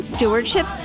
Stewardship